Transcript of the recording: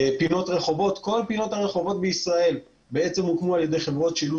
על פינות רחובות כאשר כל פינות הרחובות בישראל הוקמו על ידי חברות שילוט